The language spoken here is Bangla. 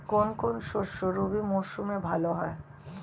কোন কোন শস্য রবি মরশুমে ভালো হয়?